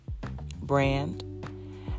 brand